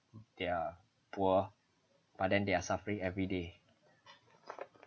they are poor but then they are suffering every day